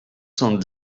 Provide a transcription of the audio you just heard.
cent